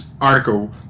article